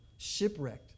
Shipwrecked